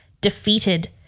defeated